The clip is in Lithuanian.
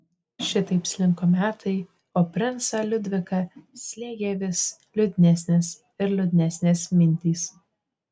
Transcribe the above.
šitaip slinko metai o princą liudviką slėgė vis liūdnesnės ir liūdnesnės mintys